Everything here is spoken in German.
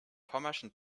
pommerschen